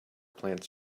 plants